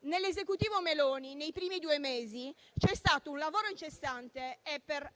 dell'Esecutivo Meloni nei primi due mesi c'è stato un lavoro incessante e, per